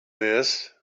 this